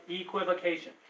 equivocation